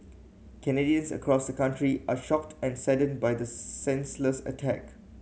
Canadians across the country are shocked and saddened by this senseless attack